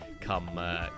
come